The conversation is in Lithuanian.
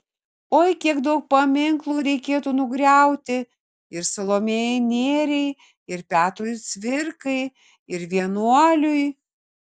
oi kiek daug paminklų reikėtų nugriauti ir salomėjai nėriai ir petrui cvirkai ir vienuoliui